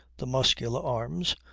the muscular arms,